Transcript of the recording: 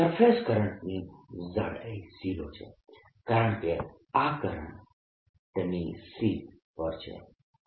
surface કરંટની જાડાઈ 0 છે કારણકે આ કરંટની શીટ પર છે